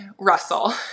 Russell